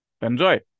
Enjoy